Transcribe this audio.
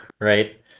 right